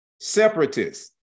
Separatists